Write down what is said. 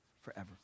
forever